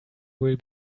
will